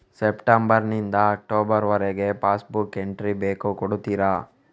September ನಿಂದ October ವರಗೆ passbook entry ಬೇಕು ಕೊಡುತ್ತೀರಾ?